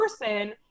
person